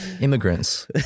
Immigrants